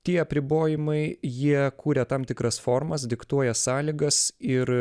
tie apribojimai jie kuria tam tikras formas diktuoja sąlygas ir